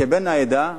כבן העדה,